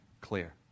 clear